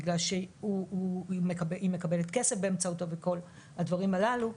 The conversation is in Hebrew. בגלל שהיא מקבלת כסף באמצעותו וכל הדברים ההלו,